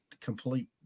complete